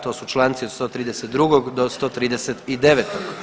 To su članci od 132. do 139.